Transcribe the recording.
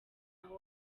aho